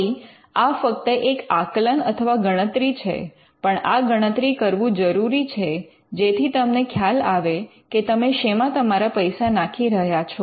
ફરી આ ફક્ત એક આકલન અથવા ગણતરી છે પણ આ ગણતરી કરવું જરૂરી છે જેથી તમને ખ્યાલ આવે કે તમે શેમાં તમારા પૈસા નાખી રહ્યા છો